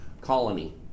colony